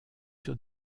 sur